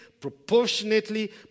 proportionately